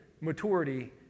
maturity